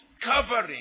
covering